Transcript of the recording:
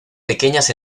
pequeñas